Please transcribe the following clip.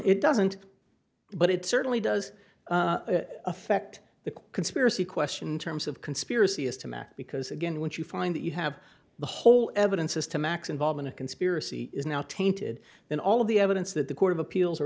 it doesn't but it certainly does affect the conspiracy question in terms of conspiracy as to math because again when you find that you have the whole evidences to max involved in a conspiracy is now tainted then all of the evidence that the court of appeals